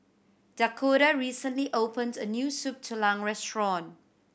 Dakoda recently opened a new Soup Tulang restaurant